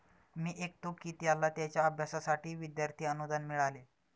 मी ऐकतो की त्याला त्याच्या अभ्यासासाठी विद्यार्थी अनुदान मिळाले